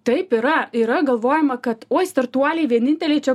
taip yra yra galvojama kad oi startuoliai vieninteliai čia